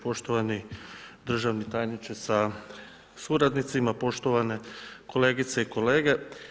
Poštovani državni tajniče sa suradnicima, poštovane kolegice i kolege.